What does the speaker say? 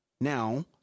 now